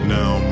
Now